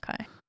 Okay